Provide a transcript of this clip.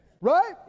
right